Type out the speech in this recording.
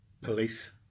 police